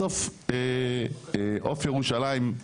בסוף, "עוף ירושלים"